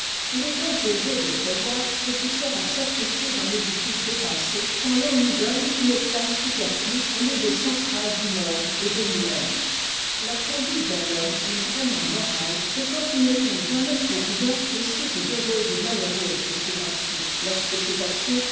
h est donc aisé de prévoir ce qui sera sacrifié dans l'édifice des pensées quand l'on n'y donne qu'une place superflue à l'idée centrale du monde et de nous-mêmes la conduite d'un homme n'est vraiment morale que quand il ne compte jamais pour rien les suites heureuses ou malheureuses de ses actions lorsque ces actions